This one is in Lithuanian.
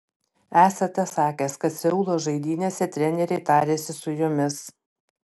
esate sakęs kad seulo žaidynėse treneriai tarėsi su jumis